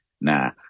nah